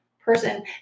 person